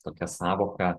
tokia sąvoka